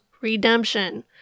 redemption